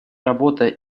работа